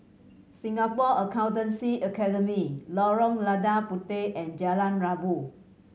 Singapore Accountancy Academy Lorong Lada Puteh and Jalan Rabu